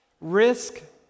Risk